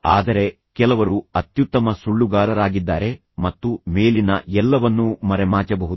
ಆದರೆ ಕೆಲವರು ಅತ್ಯುತ್ತಮ ಸುಳ್ಳುಗಾರರಾಗಿದ್ದಾರೆ ಮತ್ತು ಮೇಲಿನ ಎಲ್ಲವನ್ನೂ ಮರೆಮಾಚಬಹುದು